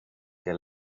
que